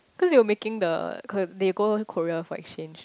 cause they were making the K~ they go Korea for exchange